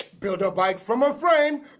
build a bike from a frame